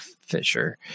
Fisher